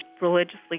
religiously